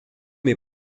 est